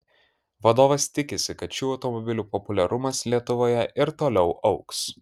vadovas tikisi kad šių automobilių populiarumas lietuvoje ir toliau augs